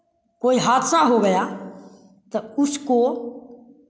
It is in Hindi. कोई हादसा हो गया तो उसको